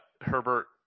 Herbert